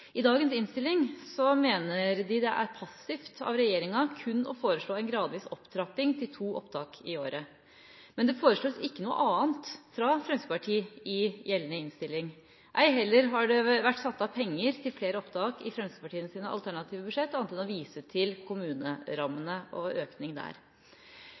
I dagens innstilling mener de det er passivt av regjeringa kun å foreslå en gradvis opptrapping til to opptak i året. Men det foreslås ikke noe annet fra Fremskrittspartiet i gjeldende innstilling – ei heller har det vært satt av penger til flere opptak i Fremskrittspartiets alternative budsjett, annet enn å vise til kommunerammene og økning der.